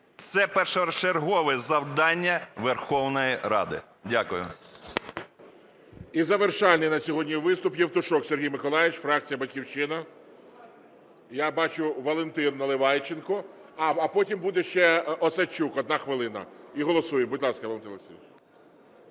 Це першочергове завдання Верховної Ради. Дякую.